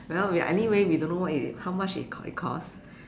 well we anyway we don't know what it how much it it costs